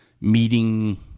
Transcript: meeting